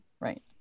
right